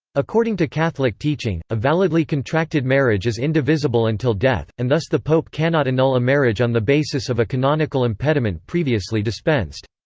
according to catholic teaching, a validly contracted marriage is indivisible until death, and thus the pope cannot annul a marriage on the basis of a canonical impediment previously dispensed.